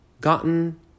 gotten